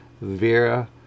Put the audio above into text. Vera